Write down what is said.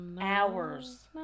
Hours